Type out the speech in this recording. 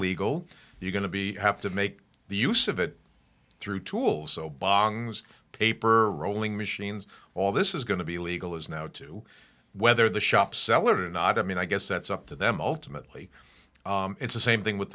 legal you're going to be have to make the use of it through tools so bongs paper rolling machines all this is going to be legal is now to whether the shops sell it or not i mean i guess that's up to them ultimately it's the same thing with